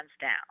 down